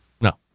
No